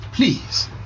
please